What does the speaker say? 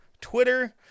Twitter